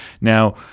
Now